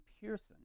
Pearson